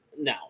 no